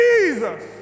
Jesus